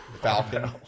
Falcon